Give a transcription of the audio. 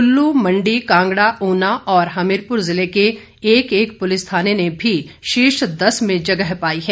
कुल्लू मंडी कांगड़ा ऊना और हमीरपुर जिले के एक एक पुलिस थाने ने भी शीर्ष दस में जगह पाई है